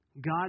God